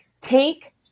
take